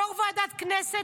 יו"ר ועדת הכנסת,